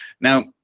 Now